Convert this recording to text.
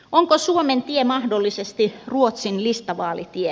onko suomen tie mahdollisesti ruotsin listavaalitie